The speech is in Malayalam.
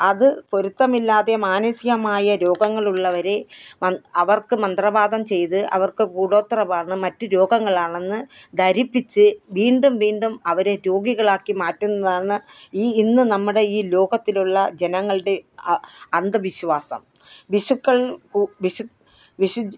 അത് പൊരുത്തമില്ലാതെ മാനസ്സികമായ രോഗങ്ങളുള്ളവരെ മന്ത് അവര്ക്ക് മന്ത്രവാതം ചെയ്ത് അവര്ക്ക് കൂടോത്രവാർണ് മറ്റ് രോഗങ്ങളാണെന്ന് ധരിപ്പിച്ച് വീണ്ടും വീണ്ടും അവരെ രോഗികളാക്കി മാറ്റുന്നതാണ് ഈ ഇന്ന് നമ്മുടെ ഈ ലോകത്തിലുള്ള ജനങ്ങളുടെ അന്ധവിശ്വാസം വിശുക്കള് വിശു വിശുജ്